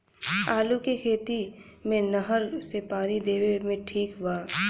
आलू के खेती मे नहर से पानी देवे मे ठीक बा?